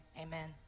amen